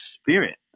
spirit